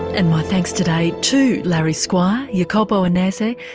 and my thanks today to larry squire, jacopo annese,